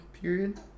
period